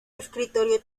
escritorio